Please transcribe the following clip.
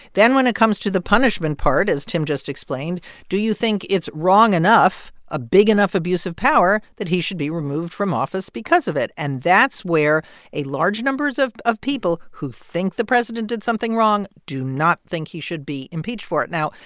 then when it comes to the punishment part, as tim just explained do you think it's wrong enough, a big enough abuse of power that he should be removed from office because of it? and that's where a large numbers of of people who think the president did something wrong do not think he should be impeached for it. now,